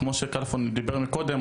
כמו שחבר הכנסת כלפון דיבר קודם.